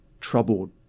troubled